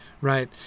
Right